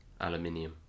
Aluminium